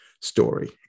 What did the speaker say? story